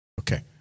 Okay